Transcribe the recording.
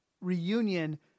reunion